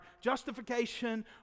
justification